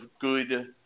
good